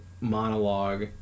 monologue